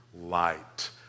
light